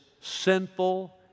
sinful